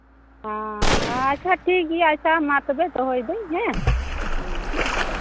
ᱚᱻ ᱟᱪᱪᱷᱟ ᱴᱷᱤᱠᱜᱮᱭᱟ ᱟᱪᱪᱷᱟ ᱢᱟ ᱛᱚᱵᱮ ᱫᱚᱦᱚᱭᱮᱫᱟᱹᱧ ᱦᱮᱸ ᱦᱩᱸ